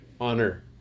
honor